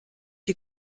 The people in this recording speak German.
die